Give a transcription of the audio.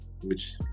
which-